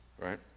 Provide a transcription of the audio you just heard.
right